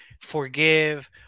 forgive